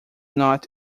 not